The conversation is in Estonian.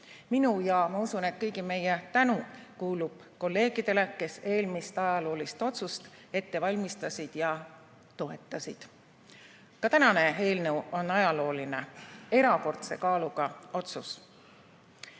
Minu ja ma usun, et kõigi meie tänu kuulub kolleegidele, kes eelmist ajaloolist otsust ette valmistasid ja toetasid. Ka tänane eelnõu on ajalooline, erakordse kaaluga otsus.